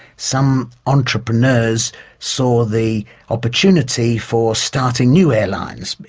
some entrepreneurs saw the opportunity for starting new airlines,